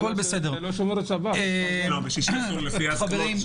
אסור, לפי ההסכמות.